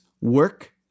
Work